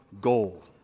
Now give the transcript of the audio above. goal